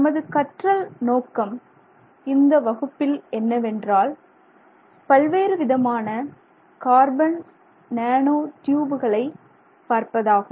நமது கற்றல் நோக்கம் இந்த வகுப்பில் என்னவென்றால் பல்வேறு விதமான கார்பன் நேனோ டியூப்களை பார்ப்பதாகும்